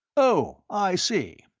oh, i see.